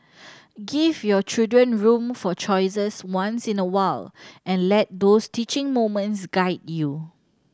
give your children room for choices once in a while and let those teaching moments guide you